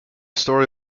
story